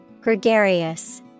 Gregarious